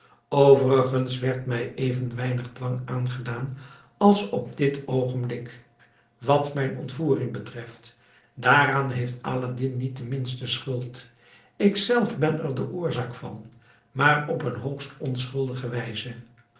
overigens werd mij even weinig dwang aangedaan als op dit oogenblik wat mijn ontvoering betreft daaraan heeft aladdin niet de minste schuld ik zelf ben er de oorzaak van maar op een hoogst onschuldige wijze